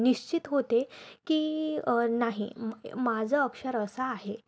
निश्चित होते की नाही माझं अक्षर असं आहे